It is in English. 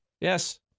yes